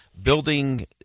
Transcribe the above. Building